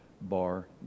bar